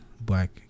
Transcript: black